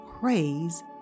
Praise